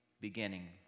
beginning